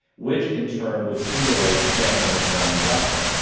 which in turn would stimulate gamma interferon induction.